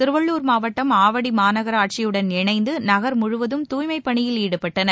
திருவள்ளூர் மாவட்டம் ஆவடி மாநகராட்சியுடன் இணைந்து நகர் முழுவதும் தூய்மைப் பணியில் ஈடுபட்டனர்